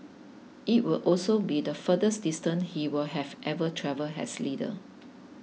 it would also be the furthest distance he will have ever travelled as leader